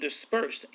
dispersed